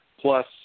plus